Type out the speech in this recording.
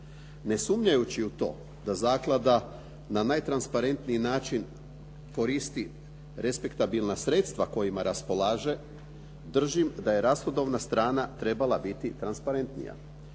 Ne sumnjajući u to da zaklada na najtransparentniji način koristi respektabilna sredstva kojima raspolaže, držim da je rashodovna strana trebala biti transparentnija,